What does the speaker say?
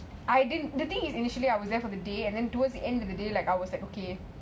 I didn't the thing is I was initially there for the day